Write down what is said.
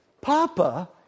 Papa